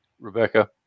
Rebecca